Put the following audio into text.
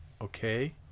Okay